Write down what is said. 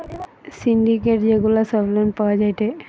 syndicate যে গুলা সব লোন পাওয়া যায়টে